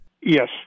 Yes